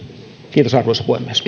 kiitos arvoisa puhemies